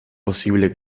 posible